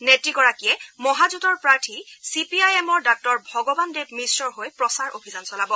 নেত্ৰীগৰাকীয়ে মহাজোঁটৰ প্ৰাৰ্থী চি পি আই এমৰ ডাঃ ভগৱান দেৱ মিশ্ৰৰ হৈ প্ৰচাৰ অভিযান চলাব